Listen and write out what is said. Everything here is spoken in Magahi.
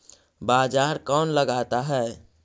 बाजार कौन लगाता है?